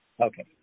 okay